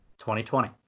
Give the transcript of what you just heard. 2020